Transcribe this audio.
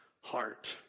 heart